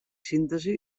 síntesi